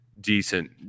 decent –